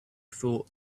thought